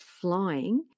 flying